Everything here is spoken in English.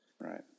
Right